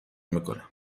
میکنم